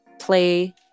play